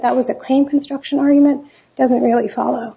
that was a claim construction argument doesn't really follow